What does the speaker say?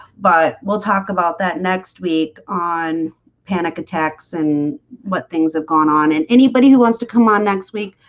but we'll talk about that next week on panic attacks and what things have gone on and anybody who wants to come on next week,